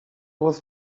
was